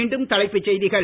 மீண்டும் தலைப்புச் செய்திகள்